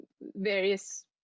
various